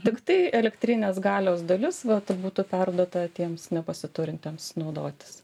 tiktai elektrinės galios dalis vat būtų perduota tiems nepasiturintiems naudotis